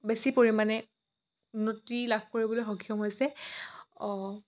বেছি পৰিমাণে উন্নতি লাভ কৰিবলৈ সক্ষম হৈছে